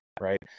Right